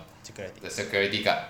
security guard